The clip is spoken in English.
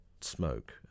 smoke